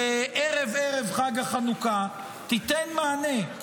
וערב ערב חג החנוכה תיתן מענה.